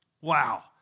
Wow